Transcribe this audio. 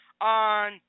on